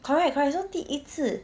correct correct so 第一次